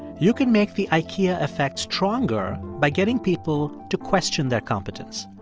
you can make the ikea effect stronger by getting people to question their competence.